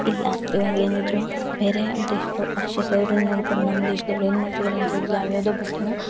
ಇಲ್ಲ ಇವಾಗ ಏನಿದ್ದರೂ ಬೇರೆ ದೇಶದ ಭಾಷೆದ ಅವ್ರನ್ನ ನೋಡ್ಕೊಂಡು ನಮ್ಮ ದೇಶದವರು ಏನು ಮಾಡ್ತಿದ್ದಾರೆ ಅಂತೇಳಿದರೆ ಯಾವ ಯಾವುದೋ ಬಟ್ಟೆನ